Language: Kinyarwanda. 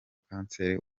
kanseri